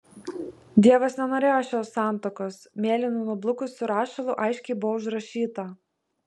dievas nenorėjo šios santuokos mėlynu nublukusiu rašalu aiškiai buvo užrašyta